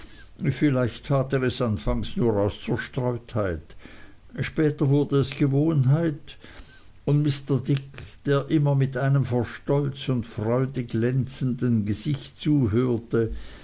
vielleicht tat er es anfangs nur aus zerstreutheit später wurde es gewohnheit und mr dick der immer mit einem vor stolz und freude glänzenden gesicht zuhörte